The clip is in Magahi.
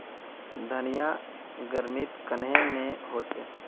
धनिया गर्मित कन्हे ने होचे?